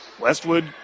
Westwood